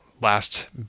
last